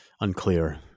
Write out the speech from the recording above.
Unclear